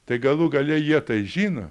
tai galų gale jie tai žino